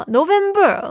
November